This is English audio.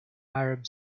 arab